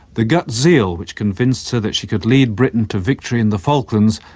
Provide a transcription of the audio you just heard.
the gut zeal which convinced her that she could lead britain to victory in the falklands,